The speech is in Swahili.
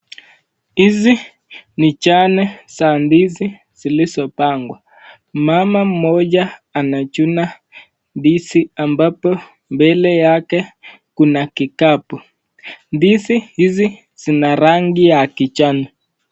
Hizi ni njane za ndizi zilizopangwa. Mama mmoja anachuna ndizi ambapo mbele yake kuna kikapu. Ndizi hizi zina rangi ya kijani.